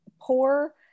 poor